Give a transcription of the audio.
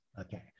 okay